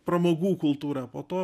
pramogų kultūrą po to